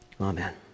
Amen